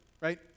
right